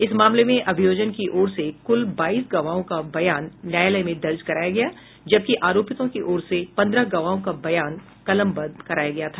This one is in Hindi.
इस मामले में अभियोजन की ओर से कुल बाईस गवाहों का बयान न्यायालय में दर्ज कराया गया जबकि आरोपितों की ओर से पंद्रह गवाहों का बयान कलमबंद कराया गया था